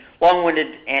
long-winded